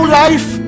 life